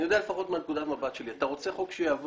אני יודע לפחות מנקודת המבט שלי: אתה רוצה שיעבור,